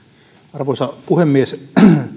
arvoisa puhemies